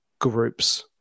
groups